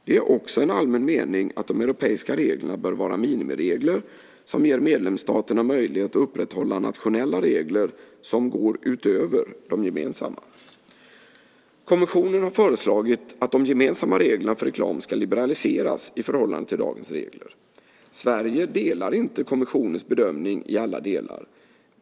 Det är också en allmän mening att de europeiska reglerna bör vara minimiregler som ger medlemsstaterna möjlighet att upprätthålla nationella regler som går utöver de gemensamma. Kommissionen har föreslagit att de gemensamma reglerna för reklam ska liberaliseras i förhållande till dagens regler. Sverige delar inte kommissionens bedömning i alla delar.